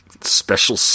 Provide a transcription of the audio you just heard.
special